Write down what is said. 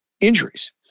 injuries